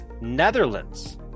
Netherlands